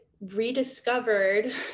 rediscovered